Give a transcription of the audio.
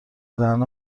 دهن